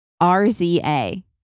R-Z-A